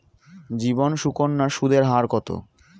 জীবন সুকন্যা সুদের হার কত?